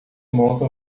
monta